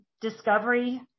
discovery